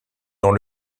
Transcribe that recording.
dans